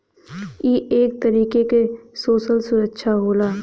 ई एक तरीके क सोसल सुरक्षा होला